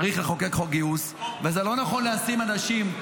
צריך לחוקק חוק גיוס, וזה לא נכון לשים אנשים,